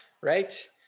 right